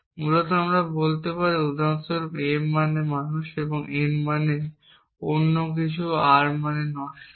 মূলত আমরা বলতে পারি উদাহরণস্বরূপ m মানে মানুষ এবং n অন্য কিছু R মানে নশ্বর